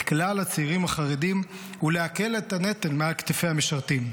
כלל הצעירים החרדים ולהקל את הנטל מעל כתפי המשרתים,